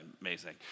amazing